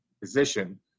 position